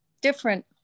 different